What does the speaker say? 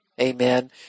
Amen